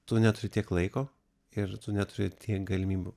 tu neturi tiek laiko ir tu neturi tiek galimybių